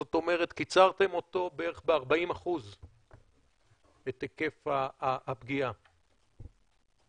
זאת אומרת, קיצרתם את היקף הפגיעה בערך ב-40%?